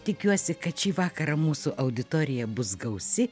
tikiuosi kad šį vakarą mūsų auditorija bus gausi